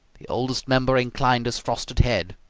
the oldest member inclined his frosted head.